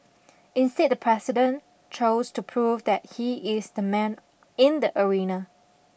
instead the president chose to prove that he is the man in the arena